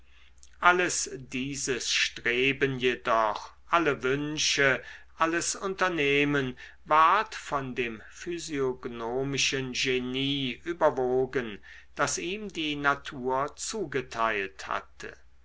alles dieses streben jedoch alle wünsche alles unternehmen ward von dem physiognomischen genie überwogen das ihm die natur zugeteilt hatte